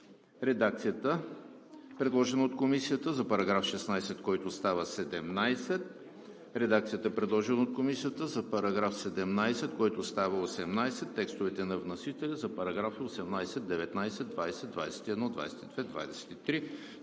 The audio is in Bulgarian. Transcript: редакцията, предложена от Комисията за § 16, който става § 17; редакцията, предложена от Комисията за § 17, който става § 18; текстовете на вносителя за параграфи 18, 19, 20, 21, 22, 23,